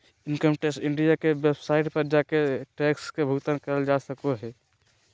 income tax India के website पर जाके टैक्स के भुगतान करल जा सको हय